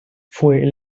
fue